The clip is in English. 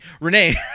Renee